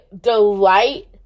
delight